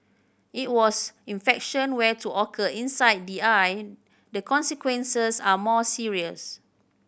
it was infection were to occur inside the eye the consequences are more serious